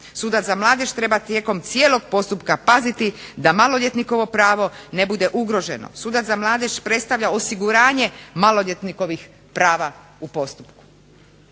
Sudac za mladež treba tijekom cijelog postupka paziti da maloljetnikovo pravo ne bude ugroženo. Sudac za mladež predstavlja osiguranje maloljetnikovih prava u postupku.